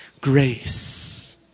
grace